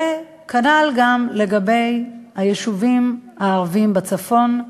וכנ"ל לגבי היישובים הערביים בצפון.